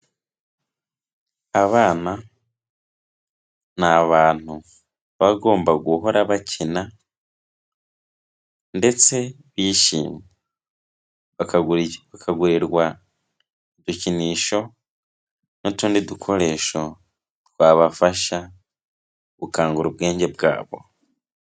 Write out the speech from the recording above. Abana ni abantu bagomba guhora bakina ndetse bishimye, bakagurirwa ibikinisho n'utundi dukoresho twabafasha gukangura ubwenge bwabo.